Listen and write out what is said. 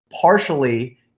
partially